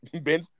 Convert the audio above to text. Ben